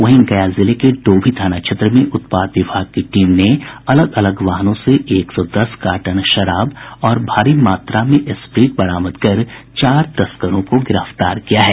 वहीं गया जिले के डोभी थाना क्षेत्र में उत्पाद विभाग की टीम ने अलग अलग वाहनों से एक सौ दस कार्टन शराब और भारी मात्रा में स्प्रिट बरामद कर चार तस्करों को गिरफ्तार किया है